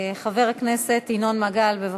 חבר הכנסת ינון מגל, בבקשה.